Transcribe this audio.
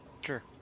sure